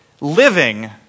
living